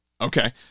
Okay